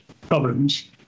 problems